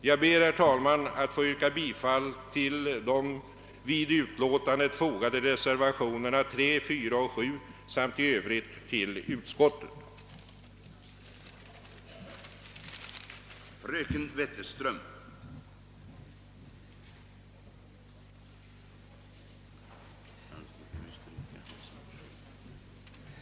Jag ber, herr talman, att få yrka bifall till de vid utlåtandet fogade reservationerna nr 3, 4 och 7 samt i övrigt till utskottets hemställan.